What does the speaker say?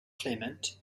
clement